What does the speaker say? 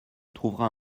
trouveras